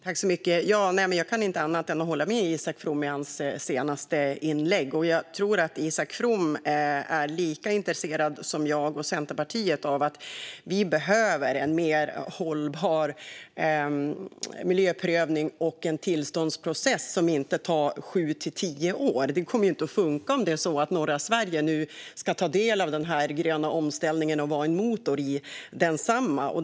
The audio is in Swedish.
Fru talman! Jag kan inte annat än att hålla med om det Isak From säger i sitt senaste inlägg. Jag tror att Isak From är lika intresserad som jag och Centerpartiet av en mer hållbar miljöprövning och en tillståndsprocess som inte tar sju till tio år. Det kommer inte att funka att ha det som nu om norra Sverige ska ta del av den gröna omställningen och vara en motor i densamma.